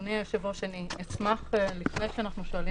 אדוני היושב-ראש, אני אשמח לפני ששואלים